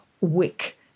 wick